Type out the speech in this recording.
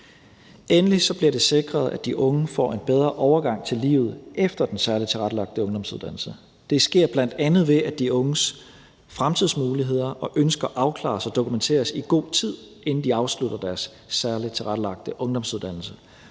Endelig bliver det sikret, at de unge får en bedre overgang til livet efter den særligt tilrettelagte ungdomsuddannelse. Det sker bl.a., ved at de unges fremtidsmuligheder og ønsker afklares og dokumenteres i god tid, inden de afslutter deres særligt tilrettelagte ungdomsuddannelse.